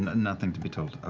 and and nothing to be told, ah